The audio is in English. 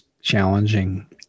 challenging